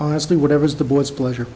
honestly whatever is the boy's pleasure